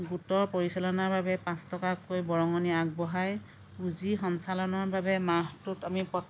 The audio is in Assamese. গোটৰ পৰিচালনাৰ বাবে পাঁচ টকাকৈ বৰঙণি আগবঢ়াই পুজি সঞ্চালনৰ বাবে মাহটোত আমি প্ৰতি